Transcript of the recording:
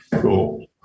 cool